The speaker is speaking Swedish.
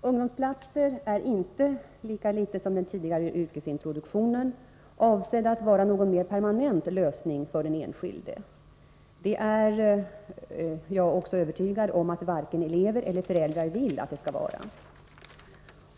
Ungdomsplatser är inte — lika litet som den tidigare yrkesintroduktionen — avsedda att vara någon mera permanent lösning för den enskilde; jag är också övertygad om att varken elever eller föräldrar vill att de skall vara det.